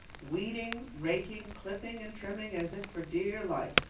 weeding, raking, clipping, and trimming as if for dear life.